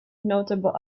notable